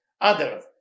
others